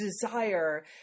desire